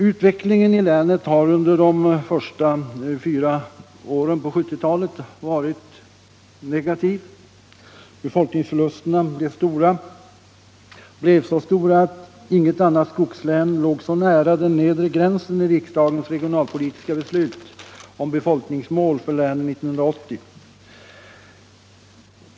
Utvecklingen i länet har under de fyra första åren av 1970-talet varit negativ. Befolkningsförlusterna blev mycket stora och inget annat skogslän ligger så nära den nedre gränsen i riksdagens regionalpolitiska beslut om befolkningsmål för länen 1980.